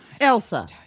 Elsa